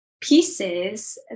pieces